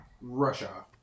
Russia